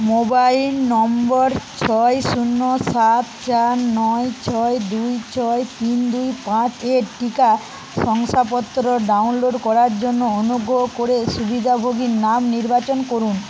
mobile নম্বর ছয় শূন্য সাত চার নয় ছয় দুই ছয় তিন দুই পাঁচ এর টিকা শংসাপত্র ডাউনলোড করার জন্য অনুগ্রহ করে সুবিধাভোগীর নাম নির্বাচন করুন